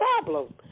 problem